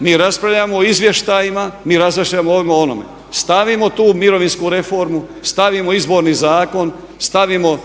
Mi raspravljamo o izvještajima, mi raspravljamo o ovome i onome. Stavimo tu mirovinsku reformu, stavimo izborni zakon, stavimo